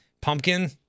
pumpkin